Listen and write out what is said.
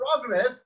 Progress